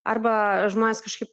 arba žmonės kažkaip